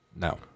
No